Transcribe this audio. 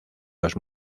los